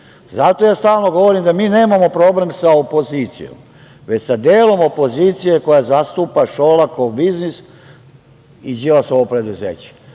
ja stalno govorim da mi nemamo problem sa opozicijom, već sa delom opozicije koja zastupa Šolakov biznis i Đilasovo preduzeće.